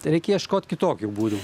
reik ieškot kitokių būdų